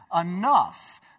enough